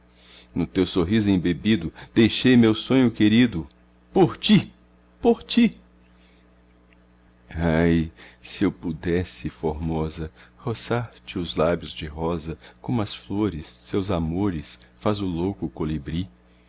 no teu sorriso embebido deixei meu sonho querido por ti por ti ai se eu pudesse formosa roçar te os lábios de rosa como às flores seus amores faz o louco colibri